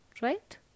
right